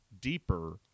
deeper